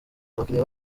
abakiliya